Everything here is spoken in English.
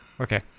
Okay